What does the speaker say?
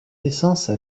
naissance